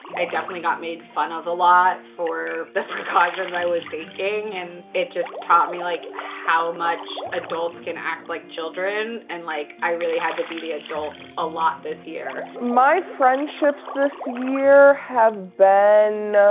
definitely got made fun of a lot for the precautions i was taking, and it just taught me like how much adults can act like children. and like, i really had to be the adult a lot this year. my friendships this year have been